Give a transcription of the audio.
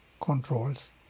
controls